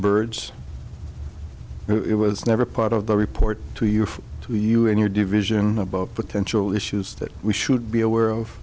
birds it was never part of the report to you for you and your division about potential issues that we should be aware of